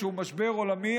שהוא משבר עולמי,